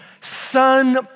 son